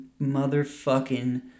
motherfucking